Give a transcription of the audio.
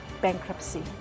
bankruptcy